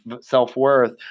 self-worth